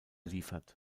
liefert